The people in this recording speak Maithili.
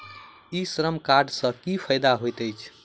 ई श्रम कार्ड सँ की फायदा होइत अछि?